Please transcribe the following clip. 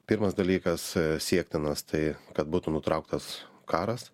pirmas dalykas siektinas tai kad būtų nutrauktas karas